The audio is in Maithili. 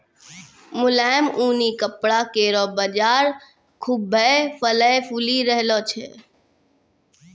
मुलायम ऊनी कपड़ा केरो बाजार खुभ्भे फलय फूली रहलो छै